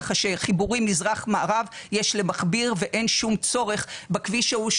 כך שחיבורים מזרח מערב יש למכביר ואין שום צורך בכביש ההוא,